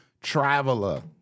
traveler